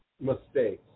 mistakes